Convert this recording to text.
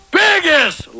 biggest